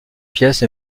pièces